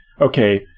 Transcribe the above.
okay